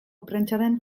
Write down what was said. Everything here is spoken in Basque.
prentsaren